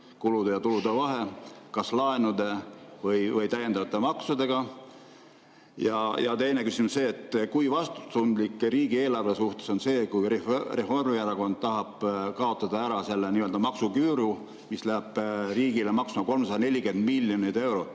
kulude ja tulude vahe, kas laenude või täiendavate maksudega? Ja teine küsimus on see: kui vastutustundlik riigieelarve suhtes on see, kui Reformierakond tahab kaotada ära selle maksuküüru, mis läheb riigile maksma 340 miljonit eurot?